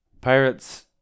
Pirates